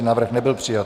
Návrh nebyl přijat.